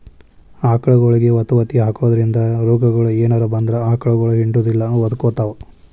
ಆಕಳಗೊಳಿಗೆ ವತವತಿ ಹಾಕೋದ್ರಿಂದ ರೋಗಗಳು ಏನರ ಬಂದ್ರ ಆಕಳಗೊಳ ಹಿಂಡುದಿಲ್ಲ ಒದಕೊತಾವ